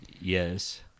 Yes